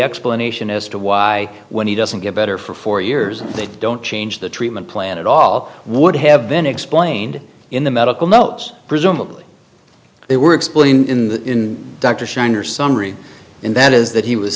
explanation as to why when he doesn't get better for four years and they don't change the treatment plan it all would have been explained in the medical notes presumably they were explained in dr scheiner summary and that is that he was